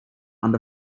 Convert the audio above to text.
under